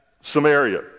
Samaria